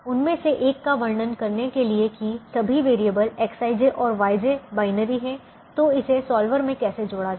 उनमें से एक का वर्णन करने के लिए कि सभी वेरिएबल Xij और Yj बाइनरी हैं तो इसे सॉल्वर में कैसे जोड़ा जाए